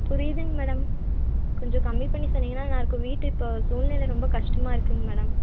புரியுதுங்க மேடம் கொஞ்சம் கம்மி பண்ணி சொன்னீங்கன்னால் நல்லாயிருக்கும் வீட்டு இப்போது சூழ்நில ரொம்ப கஷ்டமாக இருக்குதுங்க மேடம்